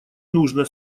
нужно